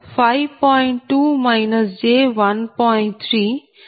55